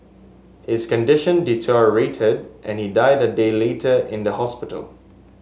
his condition deteriorated and he died a day later in the hospital